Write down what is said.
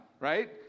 right